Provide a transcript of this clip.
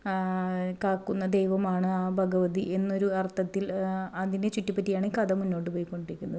കാക്കുന്ന ദൈവമാണ് ആ ഭഗവതി എന്നൊരു അര്ത്ഥത്തില് അതിനെ ചുറ്റി പറ്റിയാണ് കഥ മുന്നോട്ട് പോയിക്കോണ്ടിരിക്കുന്നത്